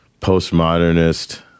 postmodernist